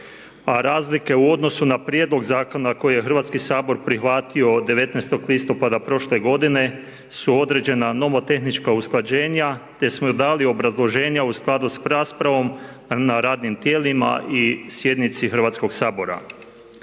razlike u odnosu na Prijedlog zakona koji je Hrvatski sabor prihvatio od 19.-tog listopada prošle godine su određena nomotehnička usklađenja te smo dali obrazloženja u skladu s raspravom na radnim tijelima i sjednici Hrvatskoga sabora.